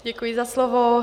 Děkuji za slovo.